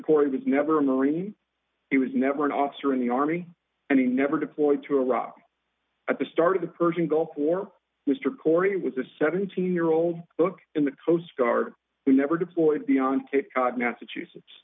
corey was never a marine he was never an officer in the army and he never deployed to iraq at the start of the persian gulf war mr corey was a seventeen year old book in the coast guard who never deployed beyond cape cod massachusetts